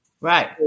right